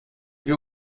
wir